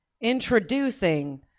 Introducing